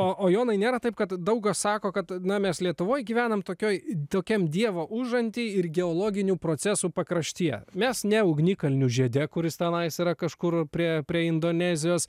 o o jonai nėra taip kad daug kas sako kad na mes lietuvoje gyvename tokioje tokiam dievo užantyje ir geologinių procesų pakraštyje mes ne ugnikalnių žiede kuris tenais kažkur prie prie indonezijos